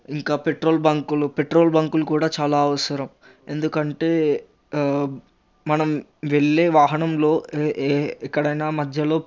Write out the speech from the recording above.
ఇంకా పెట్రోల్ బంకులు పెట్రోల్ బంకులు కూడా చాలా అవసరం ఎందుకంటే మనం వెళ్ళే వాహనంలో ఏ ఎక్కడైనా మధ్యలో